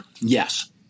Yes